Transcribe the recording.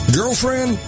Girlfriend